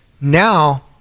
now